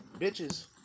Bitches